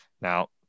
Now